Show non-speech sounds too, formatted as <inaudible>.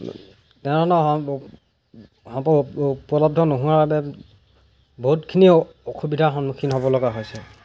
<unintelligible> উপলব্ধ নোহোৱাৰ বাবে বহুতখিনি অসুবিধাৰ সন্মুখীন হ'ব লগা হৈছে